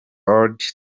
old